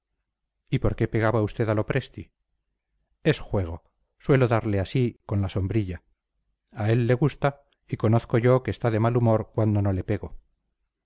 y por qué pegaba usted a lopresti es juego suelo darle así con la sombrilla a él le gusta y conozco yo que está de mal humor cuando no le pego